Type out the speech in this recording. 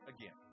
again